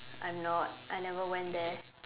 I'm not I never went there